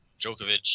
Djokovic